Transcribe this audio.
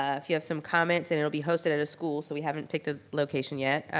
ah if you have some comments, and it'll be hosted at a school, so we haven't picked the location yet.